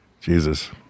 Jesus